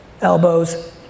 elbows